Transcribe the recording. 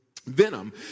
Venom